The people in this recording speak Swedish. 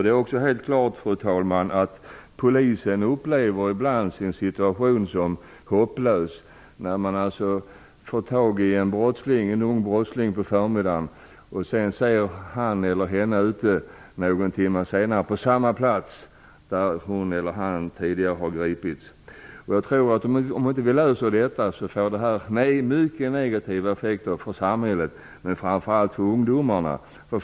Det är också helt klart, fru talman, att polisen ibland upplever sin situation som hopplös. Man får t.ex. tag på en ung brottsling på förmiddagen, men sedan ser man honom eller henne ute någon timme senare på samma plats. Om vi inte kommer till rätta med detta får det mycket negativa effekter för samhället och, framför allt, för ungdomarna.